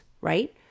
right